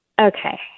Okay